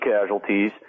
casualties